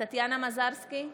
טטיאנה מזרסקי,